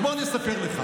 אז בוא אני אספר לך.